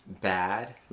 bad